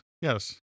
yes